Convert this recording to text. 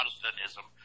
Protestantism